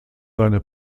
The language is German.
seine